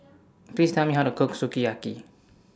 Please Tell Me How to Cook Sukiyaki